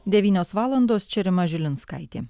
devynios valandos čia rima žilinskaitė